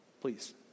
Please